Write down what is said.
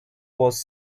was